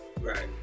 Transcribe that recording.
Right